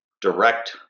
direct